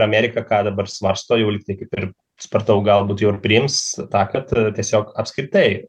amerika ką dabar svarsto jau lyg tai kaip ir supratau galbūt jau ir priims tą kad tiesiog apskritai